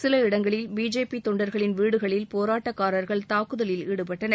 சில இடங்களில் பிஜேபி தொண்டர்களின் வீடுகளில் போராட்டக்காரர்கள் தாக்குதலில் ஈடுபட்டனர்